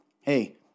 hey